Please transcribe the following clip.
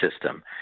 system